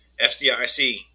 FDIC